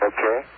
Okay